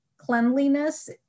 cleanliness